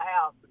house